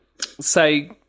say